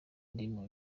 ndimo